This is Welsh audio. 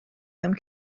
mewn